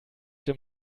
dem